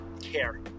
care